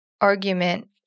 argument